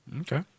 Okay